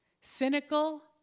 cynical